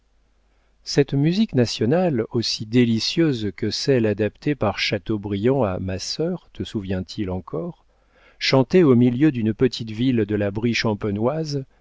cette musique nationale aussi délicieuse que celle adaptée par chateaubriand à ma sœur te souvient-il encore chantée au milieu d'une petite ville de la brie champenoise